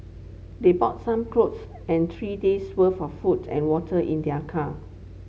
they bought some clothes and three days' worth of food and water in their car